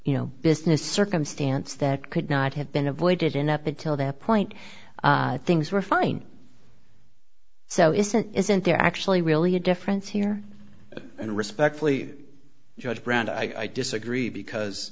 you know business circumstance that could not have been avoided in up until that point things were fine so isn't isn't there actually really a difference here and respectfully judge brown i disagree because